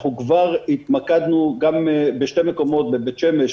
אנחנו כבר התמקדנו בשני מקומות: בבית שמש